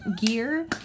gear